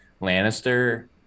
Lannister